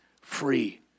free